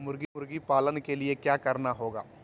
मुर्गी पालन के लिए क्या करना होगा?